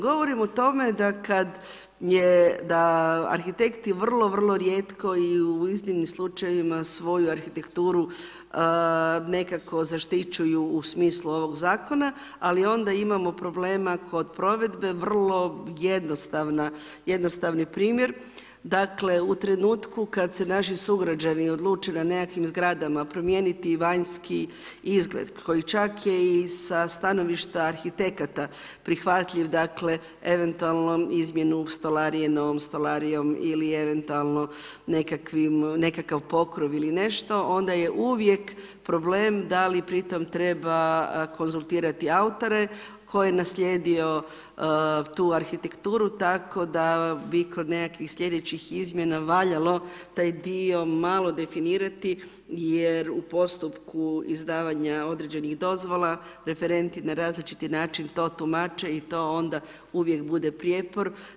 Govorim o tome da arhitekti vrlo, vrlo rijetko i u iznimnim slučajevima svoju arhitekturu nekako zaštićuju u smislu ovog zakona, ali onda imamo problema kod provedbe, vrlo jednostavni primjer, dakle u trenutku kad se naši sugrađani odluče na nekakvim zgradama promijeniti vanjski izgled koji čak je i sa stanovišta arhitekata prihvatljiv, dakle eventualnu izmjenu stolarije, novom stolarijom ili eventualno nekakav pokrov ili nešto, onda je uvijek problem da li pri tome treba konzultirati autore, tko je naslijedio tu arhitekturu tako da bi kod nekakvih sljedećih izmjena valjalo taj dio malo definirati jer u postupku izdavanja određenih dozvola referenti na različiti način to tumače i to onda uvijek bude prijepor.